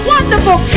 Wonderful